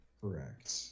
Correct